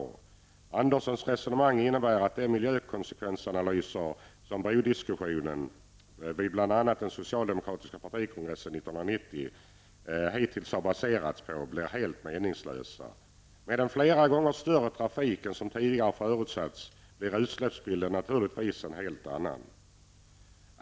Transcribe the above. Georg Anderssons resonemang innebär att de miljökonsekvensanalyser som brodiskussionen vid bl.a. den socialdemokratiska partikongressen 1990 hittills har baserats på blir helt meningslösa. Med en flera gånger större trafik än som tidigare förutsatts blir utsläppsbilden naturligtvis en helt annan.